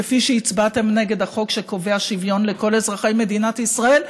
כפי שהצבעתם נגד החוק שקובע שוויון לכל אזרחי מדינת ישראל.